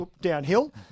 downhill